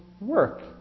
work